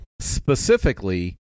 specifically